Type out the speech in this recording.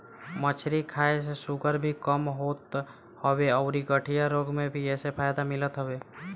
मछरी खाए से शुगर भी कम होत हवे अउरी गठिया रोग में भी एसे फायदा मिलत हवे